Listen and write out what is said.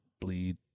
bleed